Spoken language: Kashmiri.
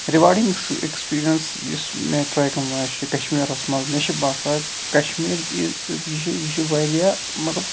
رِواڈِنٛگٕس ایکٕسپیٖرینَس یُس مےٚ ٹرٛیکِنٛگ وایِز چھِ کَشمیٖرَس منٛز مےٚ چھِ باسان کَشمیٖر یہِ چھُ یہِ چھُ واریاہ مطلب